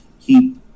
keep